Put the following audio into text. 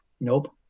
Nope